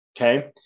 okay